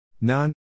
None